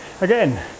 again